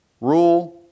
Rule